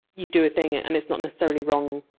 you do a thing and it's not necessarily wrong,